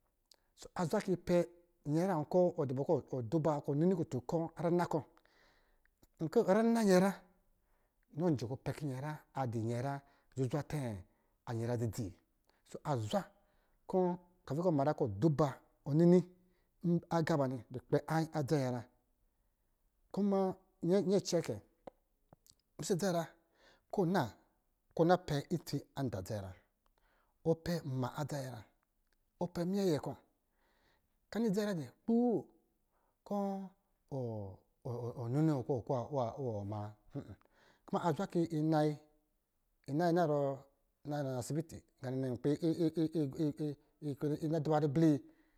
Azwa kɔ̄ yi pɛ nyɛnyra nwa kɔ̄ ɔ dɔ bɔ kɔ̄ p duba kɔ̄ nini kutu kɔ̄ rina kɔ̄, nkɔ̄ rina nyɛnyra nɔ jɛ kɔ̄ pɛ kɔ̄ nyɛ nyra adɔ nyɛnyra zuzwa tɛ adɔ̄ nyɛnyra dzi dzi. A zwa kɔ̄, ka ti kɔ ma nyra kɔ duba kɔ̄ nini a gā ba nnɛ lukp adza nyɛnyra kuma acɛɛ kɛ zpisɛ dza nyinyra kɔ̄ ɔ na kɔ̄ na pɛ itsi an da dza nyɛnyra ɔ pɛ nma adzu nyɛnyra ɔ pɛ minyɛ ayɛ kɔ̄. Ka ni dza nyɛ nyra dɛ kpo kɔ̄ wɔ nini wɔ ninɔɔ kɔ̄ wɔ kɔ̄ iwɔ ma. Kuma a zwa kɔ̄ yi na yi, ina yi na zɔrɔ, na yi na sibiti he na duba ribli yi.